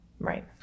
Right